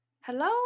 Hello